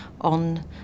on